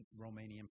Romanian